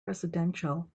residential